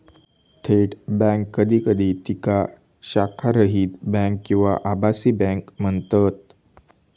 थेट बँक कधी कधी तिका शाखारहित बँक किंवा आभासी बँक म्हणतत